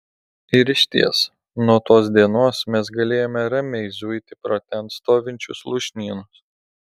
ir išties nuo tos dienos mes galėjome ramiai zuiti pro ten stovinčius lūšnynus